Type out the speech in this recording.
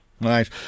Right